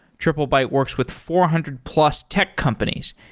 triplebyte works with four hundred plus tech companies,